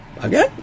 again